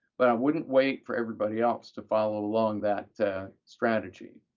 but i wouldn't wait for everybody else to follow along that strategy.